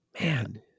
Man